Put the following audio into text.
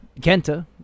Kenta